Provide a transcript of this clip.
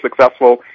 successful